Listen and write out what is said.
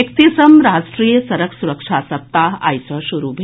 एकतीसम राष्ट्रीय सड़क सुरक्षा सप्ताह आइ सँ शुरू भेल